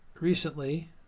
recently